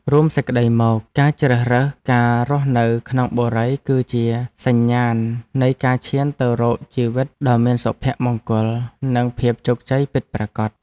រួមសេចក្តីមក ការជ្រើសរើសការរស់នៅក្នុងបុរីគឺជាសញ្ញាណនៃការឈានទៅរកជីវិតដ៏មានសុភមង្គលនិងភាពជោគជ័យពិតប្រាកដ។